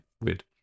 Weird